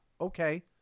okay